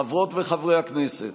חברות וחברי הכנסת,